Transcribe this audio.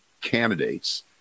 candidates